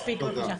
מספיק בבקשה,